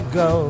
go